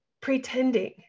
Pretending